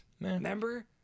remember